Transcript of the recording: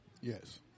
Yes